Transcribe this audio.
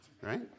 right